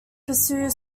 pursue